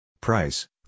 Price